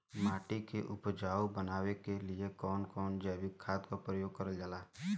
माटी के उपजाऊ बनाने के लिए कौन कौन जैविक खाद का प्रयोग करल जाला?